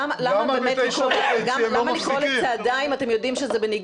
למה באמת לקרוא לצעדה אם אתם יודעים שאין